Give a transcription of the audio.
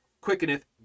quickeneth